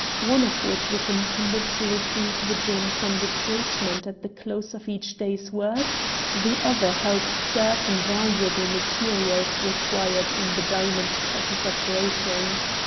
one of which was intended to receive the gems under treatment at the close of each day's work the other held certain valuable materials required in the diamond cutter's operations.